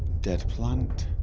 dead plant